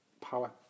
power